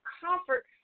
comfort